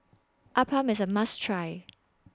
Appam IS A must Try